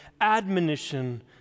admonition